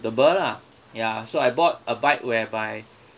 lah ya so I bought a bike whereby